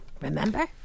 Remember